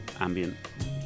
Ambient